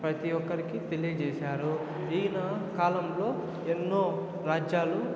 ప్రతి ఒక్కరికి తెలియచేశారు ఈయన కాలంలో ఎన్నో రాజ్యాలు